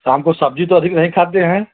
शाम को सब्ज़ी तो अधिक नहीं खाते हैं